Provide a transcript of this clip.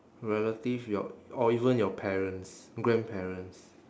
relative your or even your parents grandparents